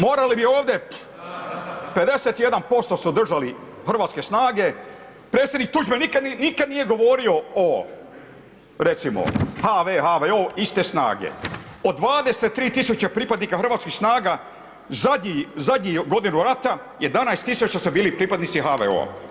Morali bi ovde 51% su održali hrvatske snage predsjednik Tuđman nikad nije govorio o recimo HV, HVO iste snage od 23.000 pripadnika hrvatskih snaga zadnji, zadnji godinu rata 11.000 ste bili pripadnici HVO-a.